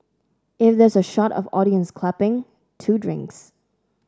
if there's a shot of audience clapping two drinks